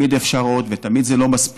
אני יודע שתמיד אפשר עוד ותמיד זה לא מספיק,